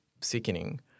sickening